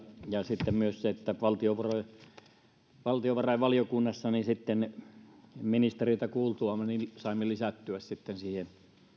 ja myös siitä että valtiovarainvaliokunnassa ministereitä kuultuamme saimme sitten lisättyä siihen